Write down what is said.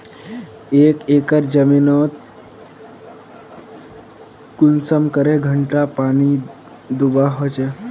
एक एकर जमीन नोत कुंसम करे घंटा पानी दुबा होचए?